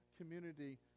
community